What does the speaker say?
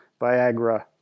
Viagra